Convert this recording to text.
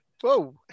Whoa